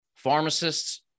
Pharmacists